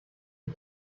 die